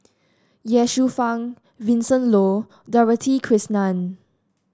Ye Shufang Vincent Leow Dorothy Krishnan